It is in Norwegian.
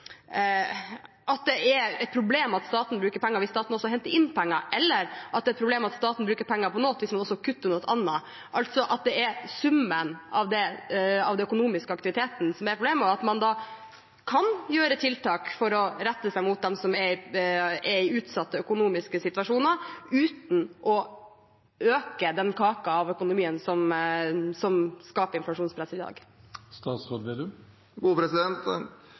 at det er et problem at staten bruker penger hvis staten også henter inn penger, eller at det er et problem at staten bruker penger på noe hvis man også kutter noe annet – altså at det er summen av den økonomiske aktiviteten som er problemet, og at man da kan gjøre tiltak for å rette seg inn mot dem som er i utsatte økonomiske situasjoner, uten å øke den delen av økonomien som skaper inflasjonspresset i dag.